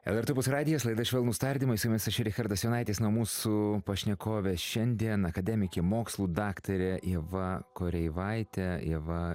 lrt opus radijas laida švelnūs tardymai su jumis aš richardas jonaitis na o mūsų pašnekovė šiandien akademikė mokslų daktarė ieva koreivaitė ieva